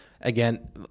again